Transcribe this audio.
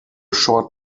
short